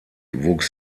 wuchs